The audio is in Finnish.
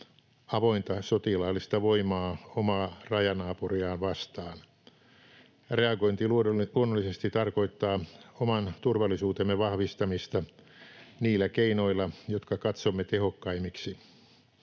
avointa sotilaallista voimaa omaa rajanaapuriaan vastaan. Reagointi luonnollisesti tarkoittaa oman turvallisuutemme vahvistamista niillä keinoilla, jotka katsomme tehokkaimmiksi.